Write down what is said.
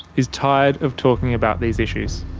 is tired of talking about these issues.